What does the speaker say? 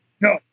No